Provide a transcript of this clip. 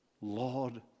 Lord